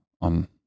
on